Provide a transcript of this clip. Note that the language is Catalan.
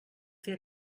fer